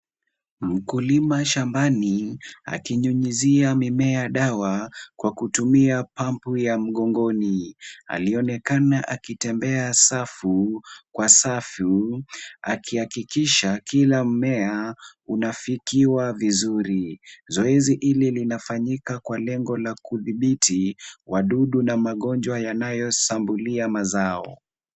Mkulima shambani akinyunyizia mimea dawa kwa kutumia pump ya mgongoni. Alionekana akitembea safu, kwa safu akihakikisha kila mmea unafikiwa vizuri. Zoezi hili linafanyika kwa lengo la kudhibiti wadudu na magonjwa yanayoshambulia mazao.